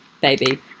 baby